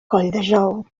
colldejou